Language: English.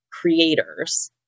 creators-